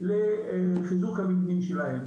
לחיזוק המבנים שלהם.